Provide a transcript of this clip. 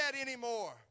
anymore